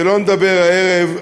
שלא נדבר עליה הערב,